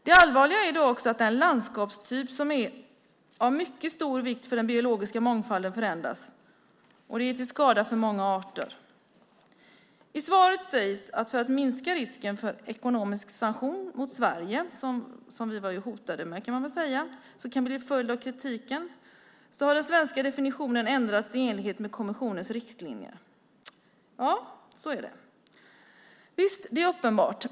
Det allvarliga är också att den landskapstyp som är av mycket stor vikt för den biologiska mångfalden förändras. Det är till skada för många arter. I svaret sägs det att för att minska risken för ekonomisk sanktion mot Sverige, som vi ju var hotade med, kan man väl säga, som en följd av kritiken, har den svenska definitionen ändrats i enlighet med kommissionens riktlinjer. Så är det. Det är uppenbart.